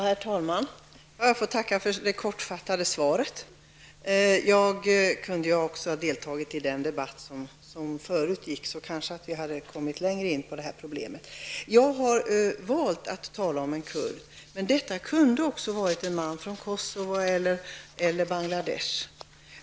Herr talman! Jag tackar för det kortfattade svaret. Jag kunde också ha deltagit i den tidigare debatten. Då hade jag kanske kommit längre in på detta problem. Jag har valt att tala om en kurd, men det kunde också ha varit en man från Kosovo eller från Bangladesh.